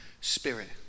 spirit